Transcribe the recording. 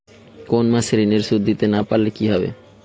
কোন মাস এ ঋণের সুধ দিতে না পারলে কি হবে?